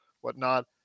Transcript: whatnot